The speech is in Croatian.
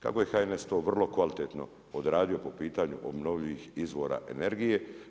Kako je HNS to vrlo kvalitetno odradio po pitanju obnovljivih izvora energije.